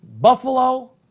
Buffalo